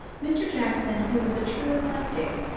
mr. jackson, who was a true eclectic,